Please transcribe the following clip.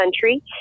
country